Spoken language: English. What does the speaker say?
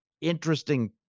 interesting